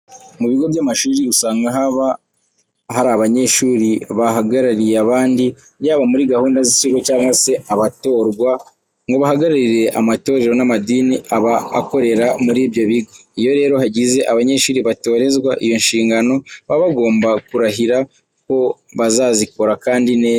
Mu bigo by'amashuri usanga haba hari abanyeshuri bahagarariye abandi yaba muri gahunda z'ikigo cyangwa se abatorwa ngo bahagararire amatorero n'amadini aba akorera muri ibyo bigo. Iyo rero hagize abanyeshuri batorerwa izo nshingano, baba bagomba kurahira ko bazazikora kandi neza.